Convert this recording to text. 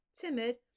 timid